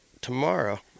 tomorrow